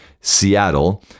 Seattle